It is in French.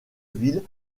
ville